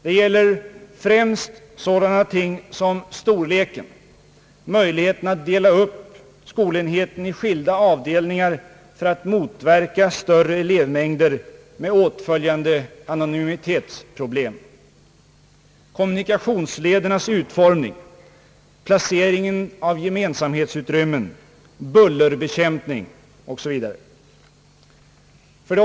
Det gäller främst sådana ting som storleken, möjligheten att dela upp skolenheten i skilda avdelningar för att motverka stora elevmängder med åtföljande anonymitetsproblem, kommunikationsledernas utformning, placeringen av gemensamhetsutrymmen, <:bullerbekämpning Oo. s. Vv.